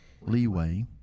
leeway